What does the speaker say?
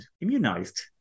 immunized